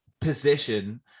position